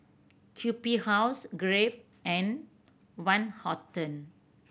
Q B House Crave and Van Houten